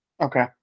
Okay